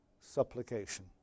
Supplication